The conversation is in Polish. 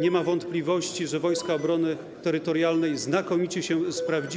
nie ma wątpliwości, że Wojska Obrony Terytorialnej znakomicie się sprawdziły.